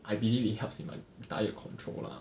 I believe it helps in my diet control lah